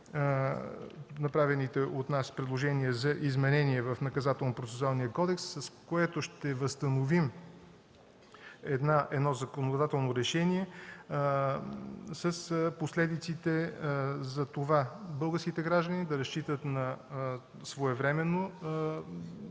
направените от нас предложения за изменение в Наказателно-процесуален кодекс, с което ще възстановим едно законодателно решение, с последиците за това българските граждани да разчитат на своевременно